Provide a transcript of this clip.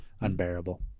unbearable